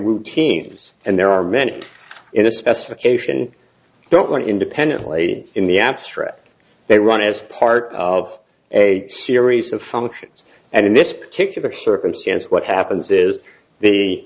routines and there are many in a specification don't want independently in the abstract they run as part of a series of functions and in this particular circumstance what happens is the